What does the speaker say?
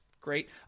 great